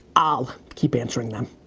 i'll keep answering them.